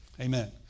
Amen